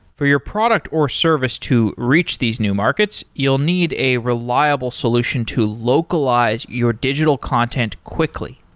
for your product or service to reach these new markets, you'll need a reliable solution to localize your digital content quickly.